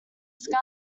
sky